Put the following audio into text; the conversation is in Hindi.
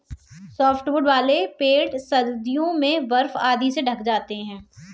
सॉफ्टवुड वाले पेड़ सर्दियों में बर्फ आदि से ढँक जाते हैं